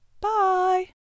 Bye